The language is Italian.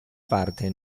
parte